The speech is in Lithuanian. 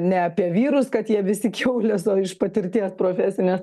ne apie vyrus kad jie visi kiaulės o iš patirties profesinės